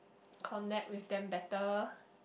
connect with them better